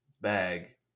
bag